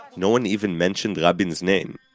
no one even mentioned rabin's name.